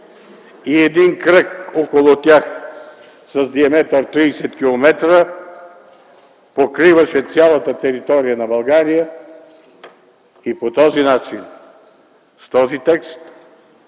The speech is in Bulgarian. и един кръг около тях с диаметър 30 км покриваше цялата територия на България. По този начин с този текст